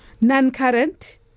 non-current